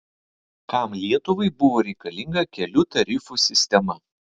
kam lietuvai buvo reikalinga kelių tarifų sistema